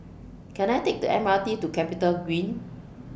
Can I Take The M R T to Capitagreen